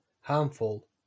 harmful